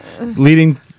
Leading